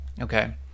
Okay